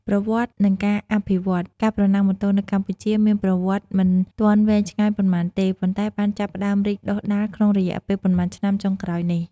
ប្រវត្តិ និងការអភិវឌ្ឍន៍ ការប្រណាំងម៉ូតូនៅកម្ពុជាមានប្រវត្តិមិនទាន់វែងឆ្ងាយប៉ុន្មានទេ ប៉ុន្តែបានចាប់ផ្តើមរីកដុះដាលក្នុងរយៈពេលប៉ុន្មានឆ្នាំចុងក្រោយនេះ។